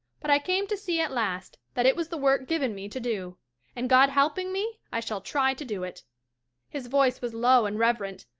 but i came to see at last that it was the work given me to do and god helping me, i shall try to do it his voice was low and reverent.